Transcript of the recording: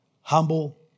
Humble